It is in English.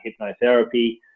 hypnotherapy